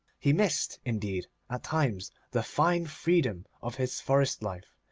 he missed, indeed, at times the fine freedom of his forest life,